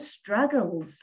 struggles